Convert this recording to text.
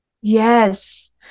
Yes